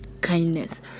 kindness